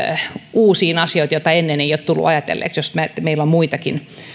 uusiin asioihin joita ennen ei ole tullut ajatelleeksi jos meillä on muitakin